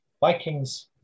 Vikings